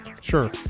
Sure